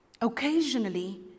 Occasionally